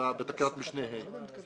בתקנת משנה (ה).